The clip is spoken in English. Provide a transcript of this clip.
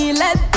let